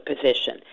position